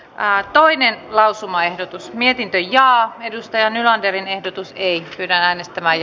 ja toinen lausumaehdotus mietintö linjaa ja nylanderin ehdotus ei mikään este vai